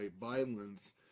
violence